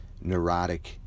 neurotic